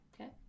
Okay